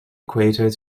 equator